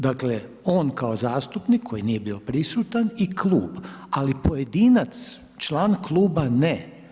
Dakle, on kao zastupnik koji nije bio prisutan i klub, ali pojedinac, član kluba ne.